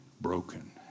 broken